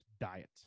diet